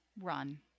run